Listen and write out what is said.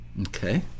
Okay